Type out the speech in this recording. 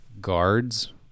guards